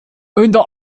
unter